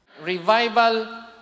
revival